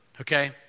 Okay